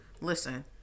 listen